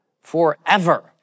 forever